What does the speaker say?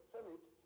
Senate